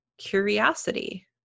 Curiosity